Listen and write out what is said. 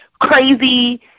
crazy